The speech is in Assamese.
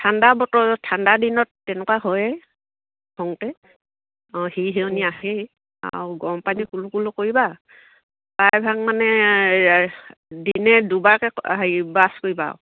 ঠাণ্ডা বতৰ ঠাণ্ডা দিনত তেনেকুৱা হয়ে খওঁতে অঁ সিৰ সিৰসিৰণি আহেই আৰু গমৰ পানী কুলো কুলো কৰিবা প্ৰায়ভাগ মানে দিনে দুবাৰাকৈ হেৰি বাছ কৰিবাই আৰু